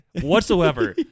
whatsoever